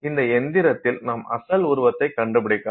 இந்த இயந்திரத்தில் நாம் அசல் உருவத்தை கண்டுபிடிக்கலாம்